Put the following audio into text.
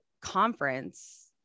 conference